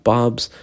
Bob's